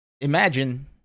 imagine